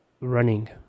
running